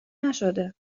نشده